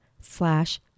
slash